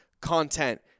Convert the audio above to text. content